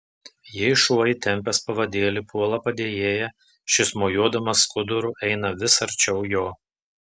jei šuo įtempęs pavadėlį puola padėjėją šis mojuodamas skuduru eina vis arčiau jo